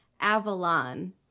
Avalon